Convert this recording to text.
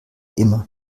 immer